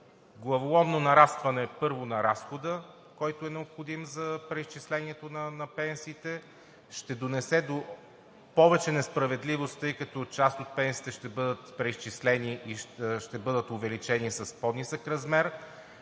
главоломно нарастване първо на разхода, който е необходим за преизчислението на пенсиите, ще донесе повече несправедливост, тъй като част от пенсиите ще бъдат преизчислени и ще бъдат увеличени с по-нисък размер